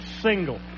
single